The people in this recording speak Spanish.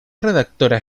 redactora